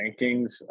rankings